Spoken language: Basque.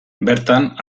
bertan